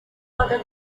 other